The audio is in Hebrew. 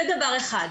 זה דבר אחד.